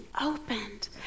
opened